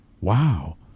Wow